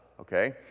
okay